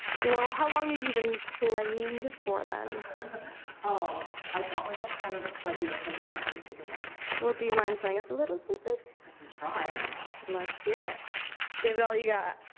well. how long have you been playing it for then oh i taught myself kind of right here, so i never actually take it lesson well do you mind playing us a little something i can try let's hear it give it all you got